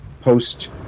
post